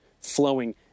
flowing